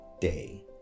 day